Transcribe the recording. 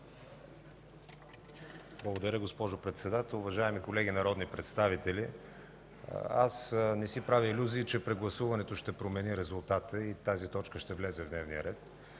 Благодаря, госпожо Председател. Уважаеми колеги народни представители, аз не си правя илюзии, че прегласуването ще промени резултата и тази точка ще влезе в дневния ред,